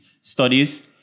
studies